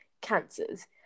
Cancers